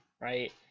right